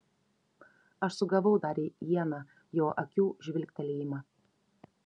aš sugavau dar į ieną jo akių žvilgtelėjimą